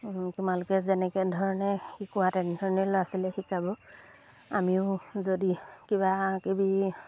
তোমালোকে যেনেকৈ ধৰণে শিকোৱা তেনেধৰণে ল'ৰা ছোৱালীয়ে শিকাব আমিও যদি কিবাকিবি